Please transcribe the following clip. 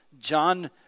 John